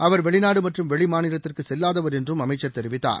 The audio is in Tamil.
அவர் வெளிநாடு மற்றும் வெளிமாநிலத்திற்கு செல்லாதவர் என்றும் அமைச்சர் தெரிவித்தார்